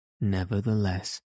nevertheless